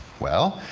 well,